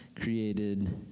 created